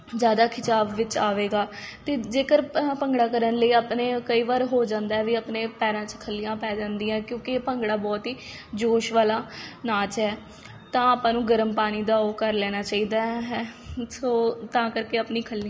ਜਿਆਦਾ ਖਿਚਾਵ ਵਿੱਚ ਆਵੇਗਾ ਅਤੇ ਜੇਕਰ ਭੰਗੜਾ ਕਰਨ ਲਈ ਆਪਣੇ ਕਈ ਵਾਰ ਹੋ ਜਾਂਦਾ ਵੀ ਆਪਣੇ ਪੈਰਾਂ 'ਚ ਖੱਲੀਆਂ ਪੈ ਜਾਂਦੀਆਂ ਕਿਉਂਕਿ ਭੰਗੜਾ ਬਹੁਤ ਹੀ ਜੋਸ਼ ਵਾਲਾ ਨਾਚ ਹੈ ਤਾਂ ਆਪਾਂ ਨੂੰ ਗਰਮ ਪਾਣੀ ਦਾ ਉਹ ਕਰ ਲੈਣਾ ਚਾਹੀਦਾ ਹੈ ਸੋ ਤਾਂ ਕਰਕੇ ਆਪਣੀ ਖੱਲੀ